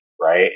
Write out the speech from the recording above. right